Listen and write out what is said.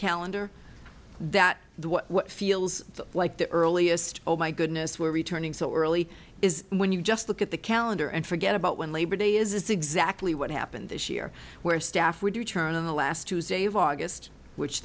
what feels like the earliest oh my goodness were returning so early is when you just look at the calendar and forget about when labor day is exactly what happened this year where staff would return on the last tuesday of august which